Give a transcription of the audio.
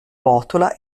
botola